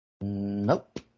Nope